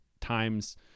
times